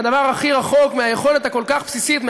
היא הדבר הכי רחוק מהיכולת הבסיסית כל כך,